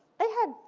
they had,